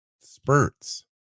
spurts